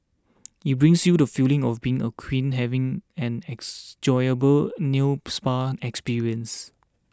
it brings you the feeling of being a queen having an nail spa experience